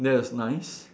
that is nice